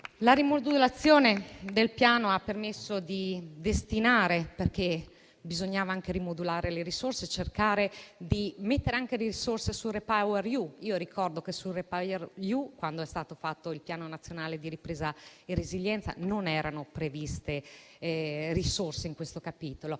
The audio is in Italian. La rimodulazione del Piano ha permesso di destinare le risorse, perché bisognava anche rimodularle e cercare di metterne anche sul REPower EU. Ricordo che nel REPower EU, quando è stato fatto il Piano nazionale di ripresa e resilienza, non erano previste risorse in questo capitolo.